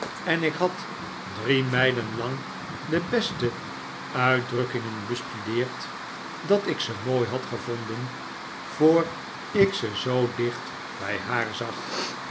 en ik had drie mijleh lang de beste uitdrukkingen bestudeerd dat ik ze mooi had gevonden voor ik ze zoo dicht bij haar zag